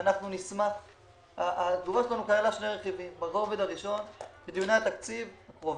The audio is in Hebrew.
התגובה שלנו כללה שני רכיבים: בדיוני התקציב הקרובים,